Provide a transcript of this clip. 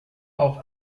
auch